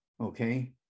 okay